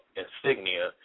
insignia